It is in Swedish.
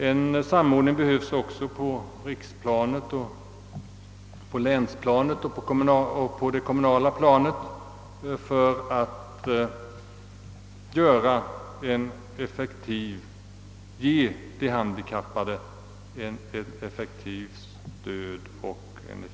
En samordning behövs också på riksplanet, på länsplanet och på det kommunala planet för att ge de handikappade ett effektivt stöd. lerr talman!